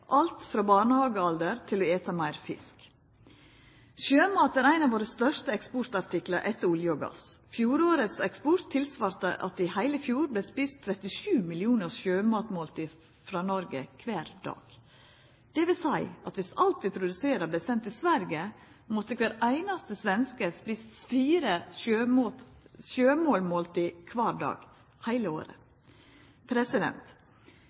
alt frå barnehagealder, til å eta meir fisk. Sjømat er ein av våre største eksportartiklar etter olje og gass. Fjorårets eksport tilsvarte at det i heile fjor vart ete 37 millionar sjømatmåltid frå Noreg kvar dag. Det vil seia at dersom alt vi produserer, vart sendt til Sverige, måtte kvar einaste svenske ete fire sjømatmåltid kvar dag, heile året!